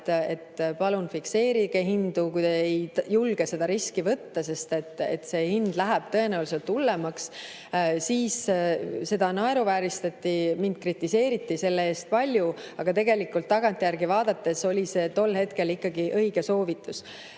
et palun fikseerige oma hindu, kui te ei julge riski võtta, sest hind läheb tõenäoliselt hullemaks. Siis seda naeruvääristati, mind kritiseeriti selle eest palju, aga tagantjärele vaadates oli see tol hetkel ikkagi õige soovitus.